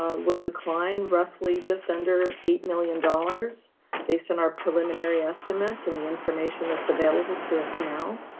ah will decline roughly just under eight million dollars based on our preliminary estimates and the information that's available to us now.